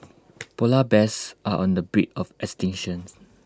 Polar Bears are on the brink of extinction